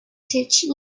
teaches